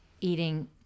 eating